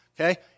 okay